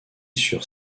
sur